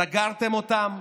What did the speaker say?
סגרתם אותם.